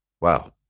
Wow